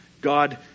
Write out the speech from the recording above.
God